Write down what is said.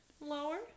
lower